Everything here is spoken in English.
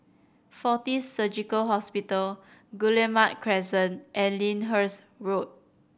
Fortis Surgical Hospital Guillemard Crescent and Lyndhurst Road